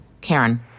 Karen